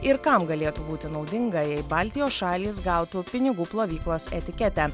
ir kam galėtų būti naudinga jei baltijos šalys gautų pinigų plovyklos etiketę